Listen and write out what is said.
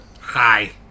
Hi